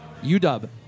UW